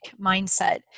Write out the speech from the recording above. mindset